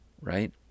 right